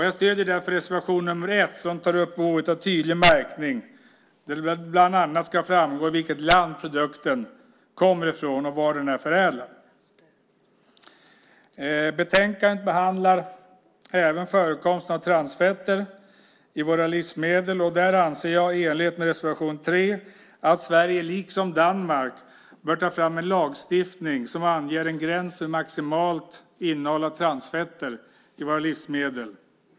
Jag stöder därför reservation nr 1 som tar upp behovet av tydlig märkning där det bland annat ska framgå vilket land produkten kommer ifrån och var den är förädlad. Betänkandet behandlar även förekomsten av transfetter i våra livsmedel. Där anser jag i enlighet med reservation tre att Sverige likt Danmark bör ta fram en lagstiftning som anger en gräns för maximalt innehåll av transfetter i våra livsmedel.